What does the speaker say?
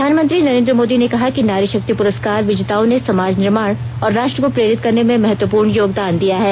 प्रधानमंत्री नरेन्द्र मोदी ने कहा है कि नारी शक्ति पुरस्कार विजेताओं ने समाज निर्माण और राष्ट्र को प्रेरित करने में महत्वपूर्ण योगदान दिया है